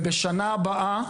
ובשנה הבאה,